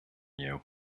you